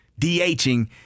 DHing